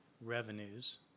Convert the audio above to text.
revenues